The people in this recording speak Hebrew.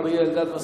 אריה אלדד?